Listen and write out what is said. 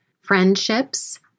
friendships